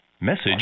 Message